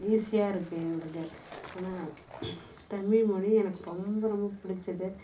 ஈஸியா இருக்குது எங்களுக்கு அதனால் தமிழ்மொழி எனக்கு ரொம்ப ரொம்ப பிடிச்சது